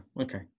Okay